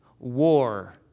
War